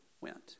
went